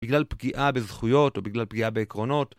בגלל פגיעה בזכויות או בגלל פגיעה בעקרונות.